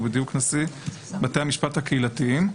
הוא בדיוק נשיא בתי המשפט הקהילתיים.